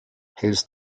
hältst